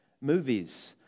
movies